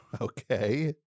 Okay